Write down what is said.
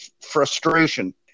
frustration